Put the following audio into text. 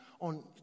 on